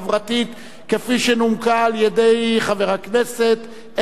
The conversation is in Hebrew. כפי שנומקה על-ידי חבר הכנסת איתן כבל,